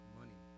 money